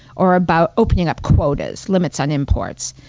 or about opening up quotas, limits on imports.